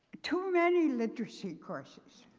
too many literacy courses